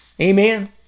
Amen